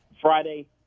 Friday